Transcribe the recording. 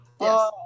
Yes